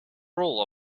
rule